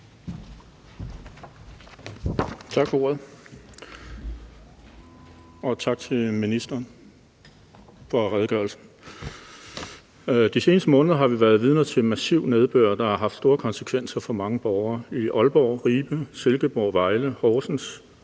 Tak for ordet, og tak til ministeren for redegørelsen. De seneste måneder har vi været vidner til massiv nedbør, der har haft store konsekvenser for mange borgere. I Aalborg, Ribe, Silkeborg, Vejle, Horsens